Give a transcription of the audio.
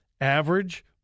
average